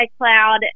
iCloud